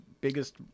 biggest